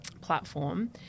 platform